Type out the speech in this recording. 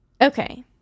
Okay